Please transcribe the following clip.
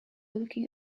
looking